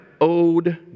owed